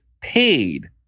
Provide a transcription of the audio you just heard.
paid